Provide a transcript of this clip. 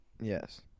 Yes